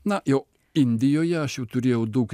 na jau indijoje aš jau turėjau daug